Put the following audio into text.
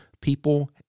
people